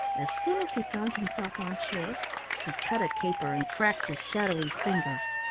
as soon as he found himself on shore he cut a caper and cracked his shadowy fingers.